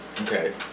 Okay